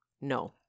No